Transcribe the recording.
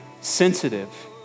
sensitive